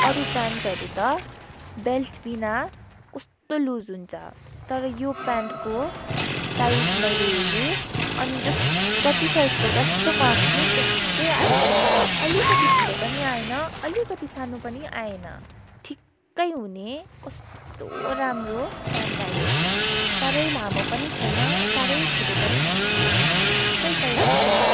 अरू प्यान्टहरू त बेल्ट बिना कस्तो लुज हुन्छ तर यो प्यान्टको साइज मैले हेरेँ अनि जति साइजको जस्तो मगाएको थिएँ त्यस्तै आयो अलिकति ठुलो पनि आएन अलिकति सानो पनि आएन ठिक्कै हुने कस्तो राम्रो प्यान्ट आयो साह्रै लामो पनि छैन साह्रै छोटो पनि छैन ठिक्कै साइजको छ